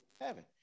Heaven